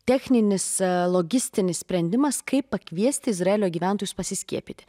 techninis logistinis sprendimas kaip pakviesti izraelio gyventojus pasiskiepyti